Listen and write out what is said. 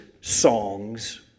songs